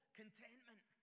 contentment